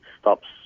stops